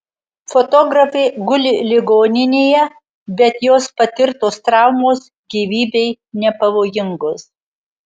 fotografė guli ligoninėje bet jos patirtos traumos gyvybei nepavojingos